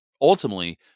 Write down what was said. ultimately